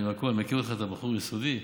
אני מכיר אותך, אתה בחור יסודי,